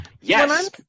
Yes